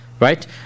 Right